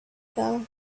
fell